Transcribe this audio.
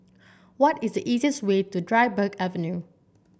what is the easiest way to Dryburgh Avenue